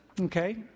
Okay